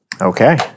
Okay